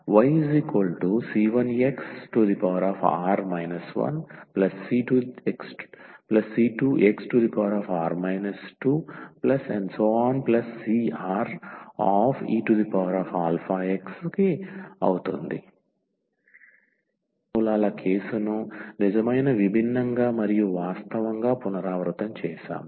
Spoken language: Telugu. yc1xr 1c2xr 2creαx మనం ఇప్పటికే నిజమైన మూలాలను ఊహాత్మక మూలాల కేసును నిజమైన విభిన్నంగా మరియు వాస్తవంగా పునరావృతం చేశాము